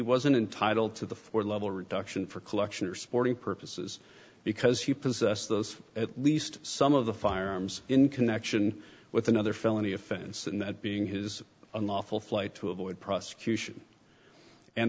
wasn't entitled to the four level reduction for collection or sporting purposes because he possessed those at least some of the firearms in connection with another felony offense and that being his unlawful flight to avoid prosecution and